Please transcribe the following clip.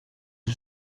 sul